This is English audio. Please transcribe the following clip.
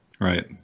Right